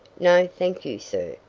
no, thank you, sir,